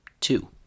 Two